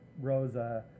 Rosa